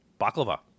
Baklava